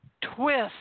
Twist